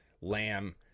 Lamb